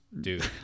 Dude